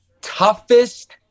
toughest